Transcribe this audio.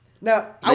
Now